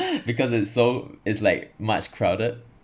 because it's so it's like much crowded